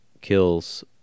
kills